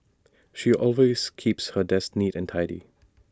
she always keeps her desk neat and tidy